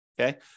Okay